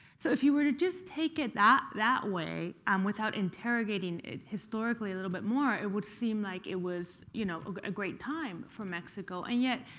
so if you were to just take it that that way and without interrogating it historically a little bit more, it would seem like it was you know a great time for mexico. and yet,